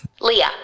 leah